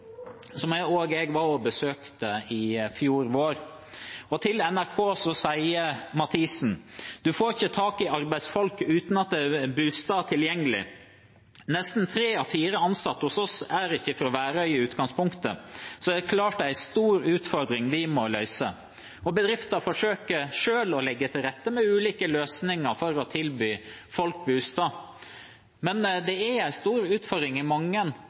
får ikke tak i arbeidsfolk uten at det er boliger tilgjengelig. Nesten tre av fire ansatte hos oss er ikke fra Værøy i utgangspunktet, så det er klart at det er ei stor utfordring vi må løse.» Bedriften forsøker selv å legge til rette med ulike løsninger for å tilby folk bolig. Men dette er en stor utfordring i mange